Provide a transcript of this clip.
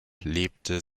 lebte